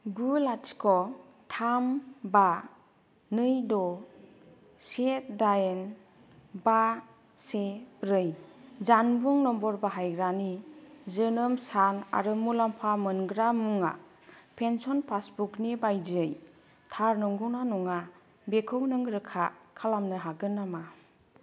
गु लाथिख' थाम बा नै द' से दाइन बा से ब्रै जानबुं नम्बर बाहायग्रानि जोनोम सान आरो मुलाम्फा मोनग्रा मुङा पेन्सन पासबुकनि बायदियै थार नंगौना नङा बेखौ नों रोखा खालामनो हागोन नामा